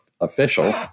official